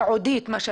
ייעודית.